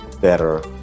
better